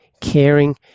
caring